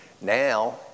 Now